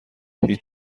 هیچ